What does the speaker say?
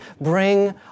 bring